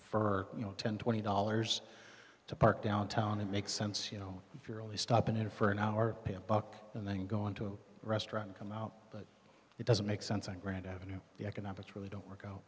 for you know ten twenty dollars to park downtown it makes sense you know if you're only stopping in for an hour pay a buck and then go into a restaurant come out but it doesn't make sense and grand avenue the economics really don't work o